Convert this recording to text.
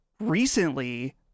recently